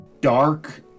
dark